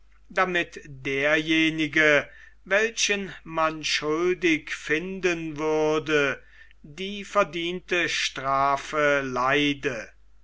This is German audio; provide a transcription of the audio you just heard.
damit derjenige welchen man schuldig finden würde die verdiente strafe leide